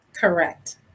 Correct